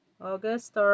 August